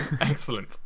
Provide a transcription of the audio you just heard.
Excellent